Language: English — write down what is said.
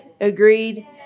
Agreed